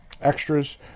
extras